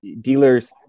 dealers